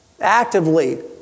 Actively